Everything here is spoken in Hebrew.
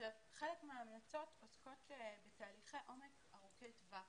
חלק מההמלצות עוסקות בתהליכי עומק ארוכי טווח.